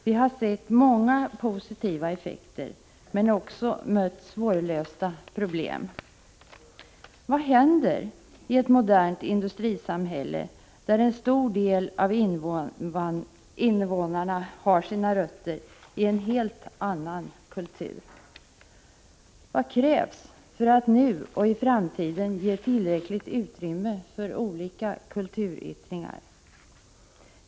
Vi har sett åtskilliga positiva effekter men också mött svårlösta problem. Vad händer i ett modernt industrisamhälle där en stor del av invånarna har sina rötter i en helt annan kultur? Vad krävs för att vi nu och i framtiden skall kunna ge tillräckligt utrymme för olika kulturyttringar?